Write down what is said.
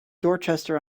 dorchester